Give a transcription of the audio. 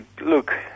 look